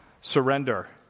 surrender